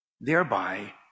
thereby